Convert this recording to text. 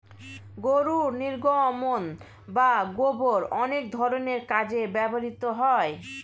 গরুর নির্গমন বা গোবর অনেক ধরনের কাজে ব্যবহৃত হয়